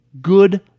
Good